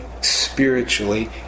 spiritually